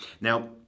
Now